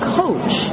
coach